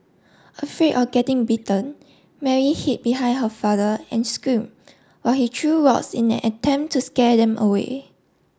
afraid of getting bitten Mary hid behind her father and screamed while he threw rocks in an attempt to scare them away